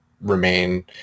remain